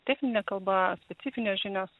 techninė kalba specifinės žinios